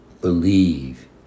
Believe